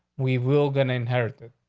we will going to inherit it.